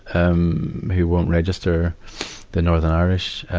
um, who won't register the northern irish,